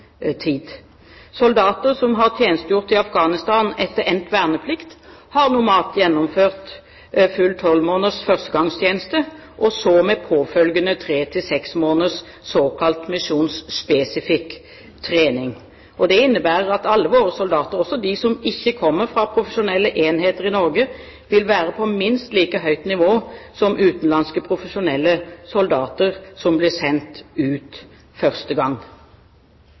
tid. Soldater som har tjenestegjort i Afghanistan etter endt verneplikt, har normalt gjennomført full tolv måneders førstegangstjeneste, og så påfølgende tre–seks måneders såkalt misjonsspesifikk trening. Det innebærer at alle våre soldater, også de som ikke kommer fra profesjonelle enheter i Norge, vil være på et minst like høyt nivå som utenlandske profesjonelle soldater som blir sendt ut første gang.